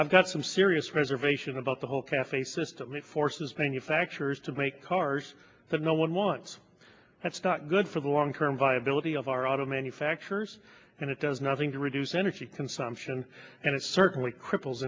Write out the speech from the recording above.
i've got some serious reservations about the whole cafe system it forces manufacturers to make cars that no one wants that's not good for the long term viability of our auto manufacturers and it does nothing to reduce energy consumption and it certainly cripples